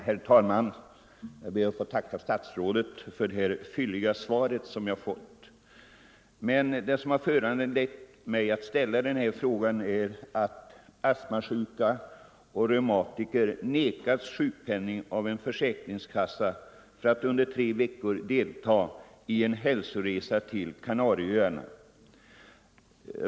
Herr talman! Jag ber att få tacka statsrådet för det fylliga svar som jag fått. Det som har föranlett mig att ställa denna fråga är att astmasjuka och reumatiker nekats sjukpenning av en försäkringskassa för att under tre veckor deltaga i en hälsoresa till Kanarieöarna.